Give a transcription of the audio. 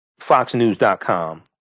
foxnews.com